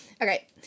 Okay